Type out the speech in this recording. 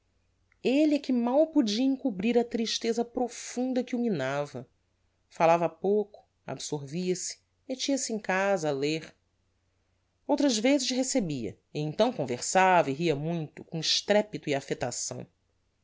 que mal podia encobrir a tristeza profunda que o minava falava pouco absorvia se mettia se em casa a ler outras vezes recebia e então conversava e ria muito com estrepito e affectação